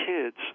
kids